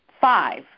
five